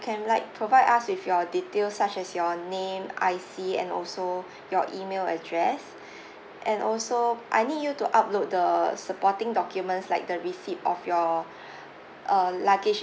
can like provide us with your details such as your name I_C and also your email address and also I need you to upload the supporting documents like the receipt of your uh luggage